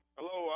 Hello